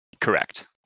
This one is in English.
Correct